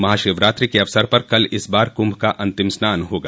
महाशिवरात्रि के अवसर पर कल इस बार कुंभ का अन्तिम स्नान होगा